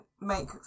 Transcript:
make